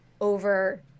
over